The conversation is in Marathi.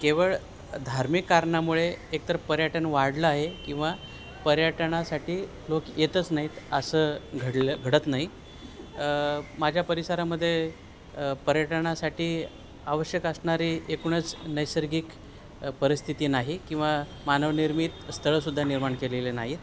केवळ धार्मिक कारणामुळे एकतर पर्यटन वाढलं आहे किंवा पर्यटनासाठी लोक येतच नाहीत असं घडलं घडत नाही माझ्या परिसरामध्ये पर्यटनासाठी आवश्यक असणारी एकूणच नैसर्गिक परिस्थिती नाही किंवा मानवनिर्मित स्थळंसुद्धा निर्माण केलेले नाहीत